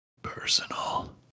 Personal